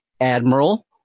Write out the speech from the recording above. Admiral